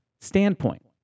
standpoint